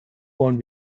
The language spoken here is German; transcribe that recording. wollen